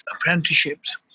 apprenticeships